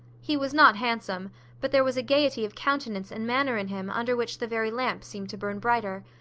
he was not handsome but there was a gaiety of countenance and manner in him, under which the very lamp seemed to burn brighter.